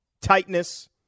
tightness